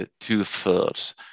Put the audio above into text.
two-thirds